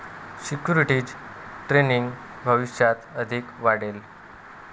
securities trading भविष्यात अधिक वाढेल